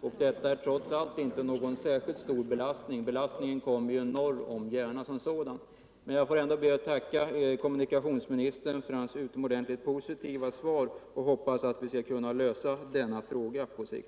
Det är förståeligt att föräldrar känner oro, om personer i mycket hög ålder har hand om skolskjutsningen. Anser statsrådet Mogård det lämpligt, med hänsyn till elevernas säkerhet, att personer i mycket hög ålder har hand om skolskjutsningar?